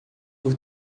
por